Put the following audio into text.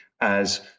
as-